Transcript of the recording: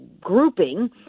grouping